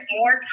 more